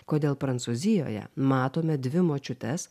kodėl prancūzijoje matome dvi močiutes